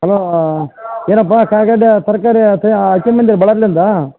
hello ಏನಪ್ಪ ಕಾಯಿ ಗಡ್ಡೆ ತರಕಾರಿ